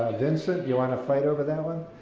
vincent you and fight over that one?